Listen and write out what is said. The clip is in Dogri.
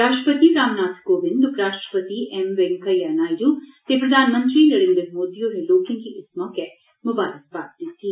राश्ट्रपति रामनाथ कोविंद उपराश्ट्रपति एम वैंकया नायडू ते प्रधानमंत्री नरेन्द्र मोदी होरें लोकें गी इस मौके ममारखबाद दित्ती